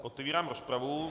Otevírám rozpravu.